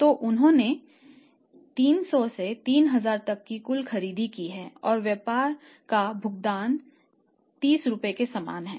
तो उन्होंने 300 से 3000 तक की कुल खरीदारी की है और व्यापार का भुगतान Rs30 के समान है